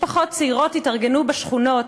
משפחות צעירות התארגנו בשכונות,